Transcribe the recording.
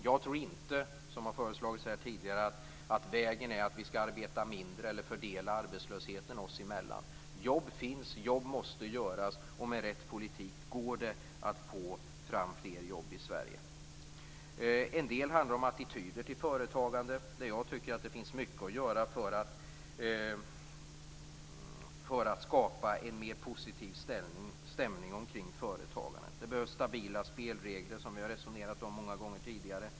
Jag tror inte - som här har föreslagits tidigare - att vägen är att vi skall arbeta mindre eller att vi skall fördela arbetslösheten oss emellan. Jobb finns, jobb måste utföras och med rätt politik går det att få fram fler jobb i Sverige. Till en del handlar det om attityder till företagande. Där finns det mycket att göra för att skapa en mer positiv stämning kring företagandet. Det behövs stabila spelregler, som vi har resonerat om många gånger tidigare.